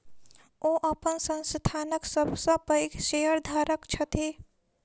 ओ अपन संस्थानक सब सॅ पैघ शेयरधारक छथि